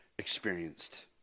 experienced